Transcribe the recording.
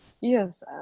yes